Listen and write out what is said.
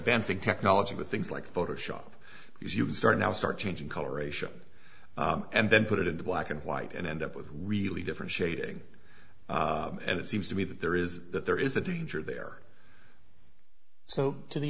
vancing technology with things like photoshop because you could start now start changing coloration and then put it into black and white and end up with really different shading and it seems to me that there is that there is a teacher there so to the